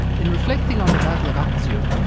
in reflecting on the battle of actium,